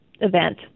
event